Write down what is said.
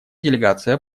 делегация